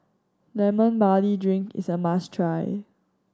Lemon Barley Drink is a must try